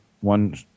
one